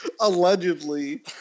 Allegedly